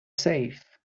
safe